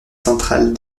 centrale